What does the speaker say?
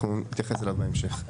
אנחנו נתייחס אליו בהמשך.